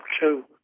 two